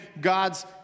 God's